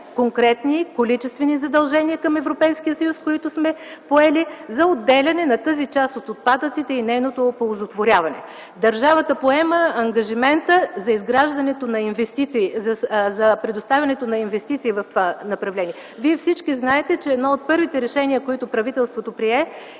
конкретни количествени задължения към Европейския съюз, които сме поели за отделяне на тази част от отпадъците и нейното оползотворяване. Държавата поема ангажимента за предоставянето на инвестиции в това направление. Вие всички знаете, че едно от първите решения, които правителството прие,